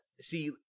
see